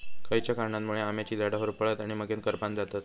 खयच्या कारणांमुळे आम्याची झाडा होरपळतत आणि मगेन करपान जातत?